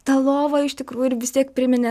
ta lova iš tikrųjų ir vis tiek priminė